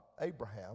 Abraham